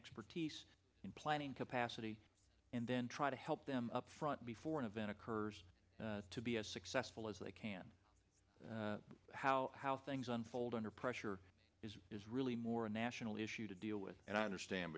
expertise in planning capacity and then try to help them up front before an event occurs to be as successful as they can how how things unfold under pressure is is really more a national issue to deal with and i understand